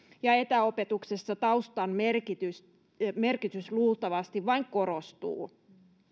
ja etäopetuksessa taustan merkitys merkitys luultavasti vain korostuu